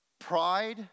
Pride